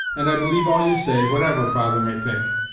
and i believe all you say, whatever father may think.